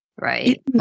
right